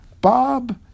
Bob